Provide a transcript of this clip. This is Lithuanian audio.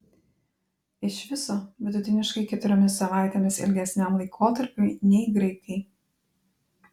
iš viso vidutiniškai keturiomis savaitėmis ilgesniam laikotarpiui nei graikai